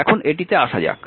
এখন এটিতে আসা যাক